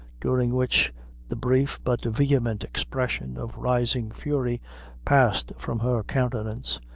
during which the brief but vehement expression of rising fury passed from her countenance,